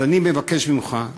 אז אני מבקש ממך,